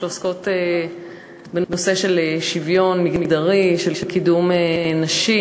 שעוסקות בנושא של שוויון מגדרי, של קידום נשים,